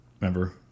Remember